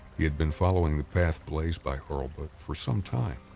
he had been following the path blazed by hurlbut for some time,